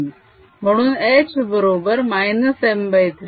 म्हणून h बरोबर -m3